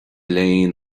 léinn